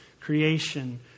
creation